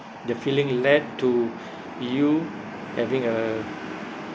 the feeling led to you having a